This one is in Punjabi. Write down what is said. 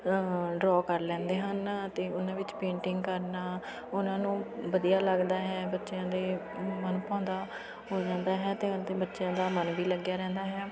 ਡਰੋਅ ਕਰ ਲੈਂਦੇ ਹਨ ਅਤੇ ਉਹਨਾਂ ਵਿੱਚ ਪੇਂਟਿੰਗ ਕਰਨਾ ਉਹਨਾਂ ਨੂੰ ਵਧੀਆ ਲੱਗਦਾ ਹੈ ਬੱਚਿਆਂ ਦੇ ਮਨ ਭਾਉਂਦਾ ਹੋ ਜਾਂਦਾ ਹੈ ਉਨ੍ਹਾਂ ਦੇ ਬੱਚਿਆਂ ਦਾ ਮਨ ਵੀ ਲੱਗਿਆ ਰਹਿੰਦਾ ਹੈ